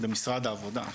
במשרד העבודה,